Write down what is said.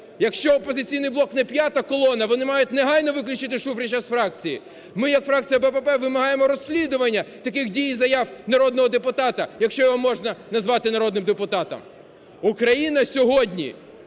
Якщо "Опозиційний блок – не п'ята колонна, вони мають негайно виключити Шуфрича з фракції. Ми як фракція БПП вимагаємо розслідування таких дій і заяв народного депутата, якщо його можна назвати народним депутатом. Україна сьогодні